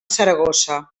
saragossa